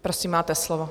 Prosím, máte slovo.